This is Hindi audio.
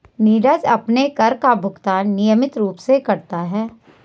नीरज अपने कर का भुगतान नियमित रूप से करता है